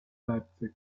leipzig